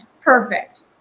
perfect